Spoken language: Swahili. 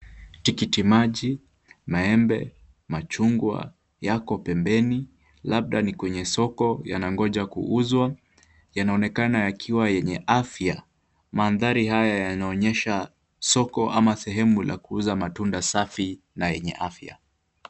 Tikiti maji, maembe, machungwa yako pembeni, labda ni kwenye soko yanangoja kuuzwa, yanaonekana yakiwa yenye afya. Mandhari haya yanaonyesha soko ama sehemu la kuuza matunda safi na yenye afya.